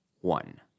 one